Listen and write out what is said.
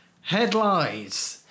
Headlines